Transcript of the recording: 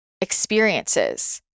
experiences